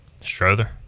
Strother